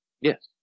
Yes